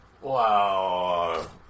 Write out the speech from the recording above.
wow